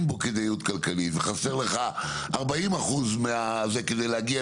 בו כדאיות כלכלית וחסר לך 40 אחוזים מהזה כדי להגיע